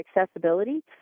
accessibility